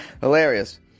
Hilarious